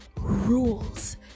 rules